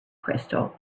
crystal